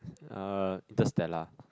uh Interstellar